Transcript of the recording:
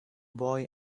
boy